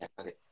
Okay